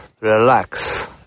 relax